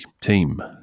team